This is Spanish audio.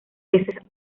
veces